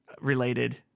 related